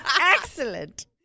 Excellent